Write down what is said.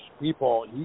people